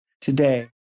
today